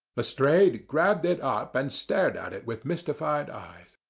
lestrade grabbed it up and stared at it with mystified eyes.